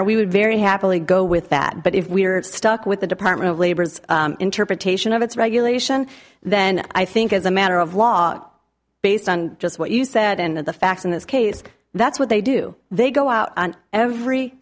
honor we would very happily go with that but if we're stuck with the department of labor's interpretation of its regulation then i think as a matter of law based on just what you said and the facts in this case that's what they do they go out every